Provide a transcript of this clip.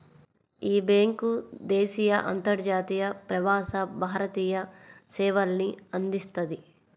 యీ బ్యేంకు దేశీయ, అంతర్జాతీయ, ప్రవాస భారతీయ సేవల్ని అందిస్తది